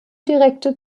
direkte